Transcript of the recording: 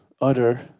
utter